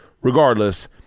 regardless